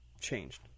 changed